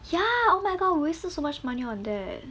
ya oh my god wasted so much money on that